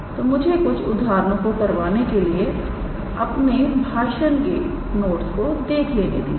तो मुझे कुछ उदाहरणों को करवाने के लिए अपने भाषण के नोट्स देख लेने दीजिए